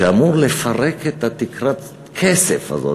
שאמור לפרק את תקרת הכסף הזאת,